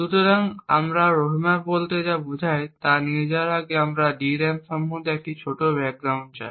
সুতরাং আমরা রোহ্যামার বলতে যা বোঝায় তা নিয়ে যাওয়ার আগে আমরা DRAM সম্পর্কে একটি ছোট ব্যাকগ্রাউন্ড চাই